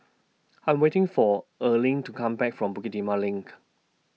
I Am waiting For Erling to Come Back from Bukit Timah LINK